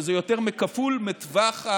שזה יותר מכפול מטווח,